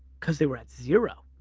cause they were at zero.